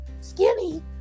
skinny